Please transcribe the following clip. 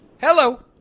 Hello